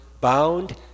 bound